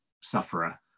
sufferer